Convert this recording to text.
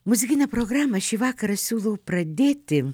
muzikinę programą šį vakarą siūlau pradėti